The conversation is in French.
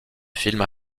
films